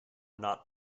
not